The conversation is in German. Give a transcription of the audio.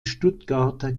stuttgarter